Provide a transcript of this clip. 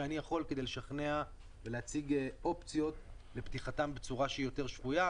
שאני יכול כדי לשכנע ולהציג אופציות לפתיחתם בצורה יותר שפויה.